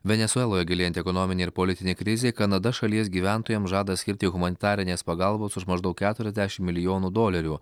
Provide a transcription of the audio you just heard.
venesueloje gilėjanti ekonominė ir politinė krizė kanada šalies gyventojam žada skirti humanitarinės pagalbos už maždaug keturiasdešimt milijonų dolerių